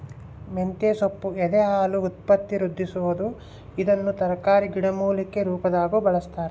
ಮಂತೆಸೊಪ್ಪು ಎದೆಹಾಲು ಉತ್ಪತ್ತಿವೃದ್ಧಿಸುವದು ಇದನ್ನು ತರಕಾರಿ ಗಿಡಮೂಲಿಕೆ ರುಪಾದಾಗೂ ಬಳಸ್ತಾರ